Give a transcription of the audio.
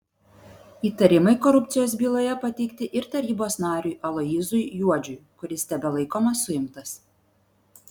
įtarimai korupcijos byloje pateikti ir tarybos nariui aloyzui juodžiui kuris tebelaikomas suimtas